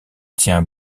tient